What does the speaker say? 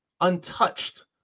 untouched